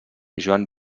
joan